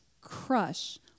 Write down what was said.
crush